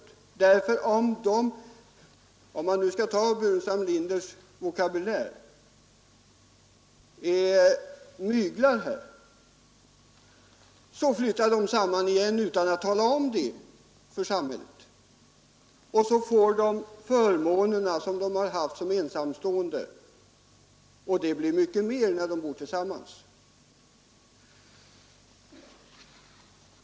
Om människor myglar — för att nu använda herr Burenstam Linders vokabulär — och flyttar samman utan att tala om det för samhället, så får de samma förmåner som de haft som ensamstående, och det blir mycket mer när de bor tillsammans.